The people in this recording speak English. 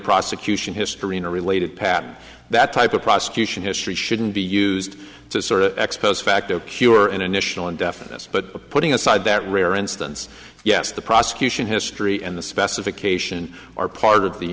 prosecution history in a related pattern that type of prosecution history shouldn't be used to sort of ex post facto cure international indefiniteness but putting aside that rare instance yes the prosecution history and the specification are part of the